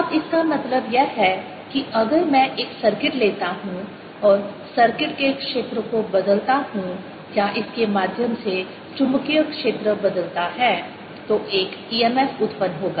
अब इसका मतलब यह है कि अगर मैं एक सर्किट लेता हूं और सर्किट के क्षेत्र को बदलता हूं या इसके माध्यम से चुंबकीय क्षेत्र बदलता है तो एक emf उत्पन्न होगा